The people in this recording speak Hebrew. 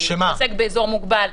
שעוסק באזור מוגבל,